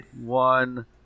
one